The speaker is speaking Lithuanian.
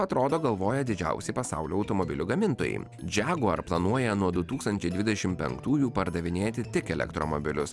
atrodo galvoja didžiausiai pasaulio automobilių gamintojai jaguar planuoja nuo du tūkstančiai dvidešimt antrųjų pardavinėti tik elektromobilius